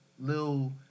little